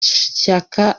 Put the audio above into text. shyaka